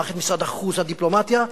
מערכת משרד החוץ והדיפלומטיה,